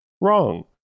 Wrong